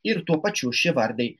ir tuo pačiu šie vardai